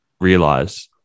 realize